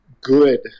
good